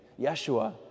Yeshua